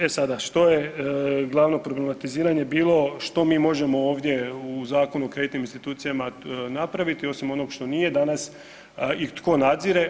E sada, što je glavno problematiziranje bilo što mi možemo ovdje u Zakonu o kreditnim institucijama napraviti osim onog što nije danas i tko nadzire?